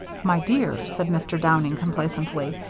my dear, said mr. downing, complacently,